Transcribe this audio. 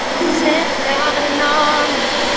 send out an army